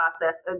process